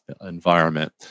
environment